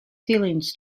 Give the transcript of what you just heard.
feelings